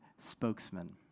Spokesman